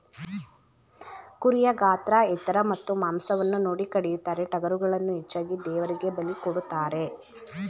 ಕುರಿಯ ಗಾತ್ರ ಎತ್ತರ ಮತ್ತು ಮಾಂಸವನ್ನು ನೋಡಿ ಕಡಿಯುತ್ತಾರೆ, ಟಗರುಗಳನ್ನು ಹೆಚ್ಚಾಗಿ ದೇವರಿಗೆ ಬಲಿ ಕೊಡುತ್ತಾರೆ